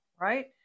right